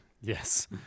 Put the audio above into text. Yes